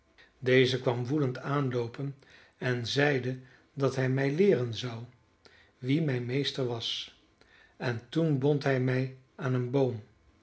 deze kwam woedend aanloopen en zeide dat hij mij leeren zou wie mijn meester was en toen bond hij mij aan een boom